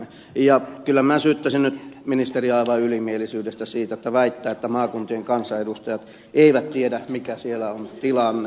kyllä minä syyttäisin nyt ministeriä aivan ylimielisyydestä siitä että hän väittää että maakuntien kansanedustajat eivät tiedä mikä siellä on tilanne